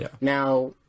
Now